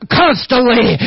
constantly